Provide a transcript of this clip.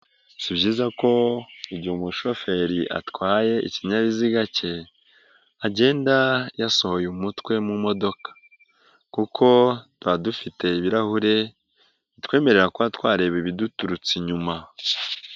Si byiza ko igihe umushoferi atwaye ikinyabiziga cye, agenda yasohoye umutwe mu modoka kuko tuba dufite ibirahure bitwemerera kuba twareba ibiduturutse inyuma.